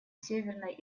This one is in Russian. северной